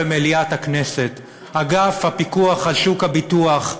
במליאת הכנסת: אגף הפיקוח על שוק הביטוח,